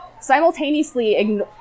simultaneously